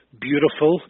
beautiful